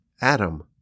Adam